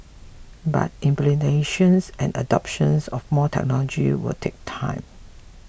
but implementation and adoption of more technology will take time